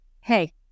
Hey